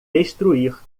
destruir